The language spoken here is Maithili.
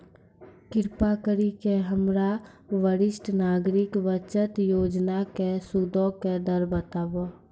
कृपा करि के हमरा वरिष्ठ नागरिक बचत योजना के सूदो के दर बताबो